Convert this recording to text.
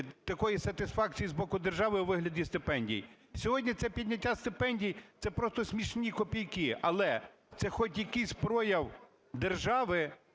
такої сатисфакції з боку держави у вигляді стипендій. Сьогодні це підняття стипендій – це просто смішні копійки, але це хоч якийсь прояв держави